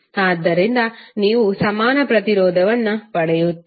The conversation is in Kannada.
ಆದ್ದರಿಂದ ನೀವು ಸಮಾನ ಪ್ರತಿರೋಧವನ್ನು ಪಡೆಯುತ್ತೀರಿ